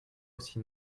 aussi